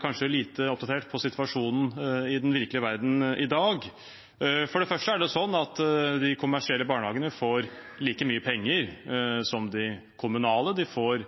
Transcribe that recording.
kanskje litt lite oppdatert på situasjonen i den virkelige verden i dag. For det første er det sånn at de kommersielle barnehagene får like mye penger som de kommunale, de får